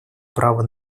права